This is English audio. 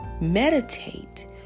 Meditate